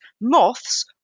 moths